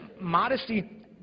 modesty